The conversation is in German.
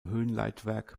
höhenleitwerk